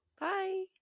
Bye